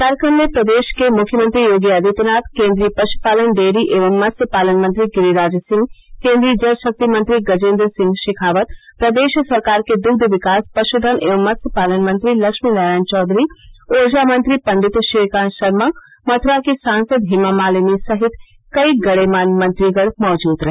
कार्यक्रम में प्रदेश के मृख्यमंत्री योगी आदित्यनाथ केंद्रीय पश्पालन डेयरी एवं मत्स्य पालन मंत्री गिरिराज सिंह केन्द्रीय जल शक्ति मंत्री गजेन्द्र सिंह शेखावत प्रदेश सरकार के दुग्ध विकास पशुधन एवं मत्स्य पालन मंत्री लक्ष्मी नारायण चौधरी ऊर्जा मंत्री पण्डित श्रीकांत शर्मा मथुरा की सांसद हेमा मालिनी सहित कई गणमान्य मंत्रीगण मौजूद रहे